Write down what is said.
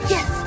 Yes